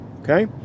Okay